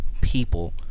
People